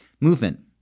movement